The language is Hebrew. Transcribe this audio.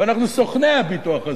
ואנחנו סוכני הביטוח הזה.